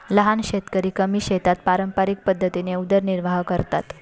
लहान शेतकरी कमी शेतात पारंपरिक पद्धतीने उदरनिर्वाह करतात